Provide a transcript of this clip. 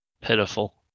Pitiful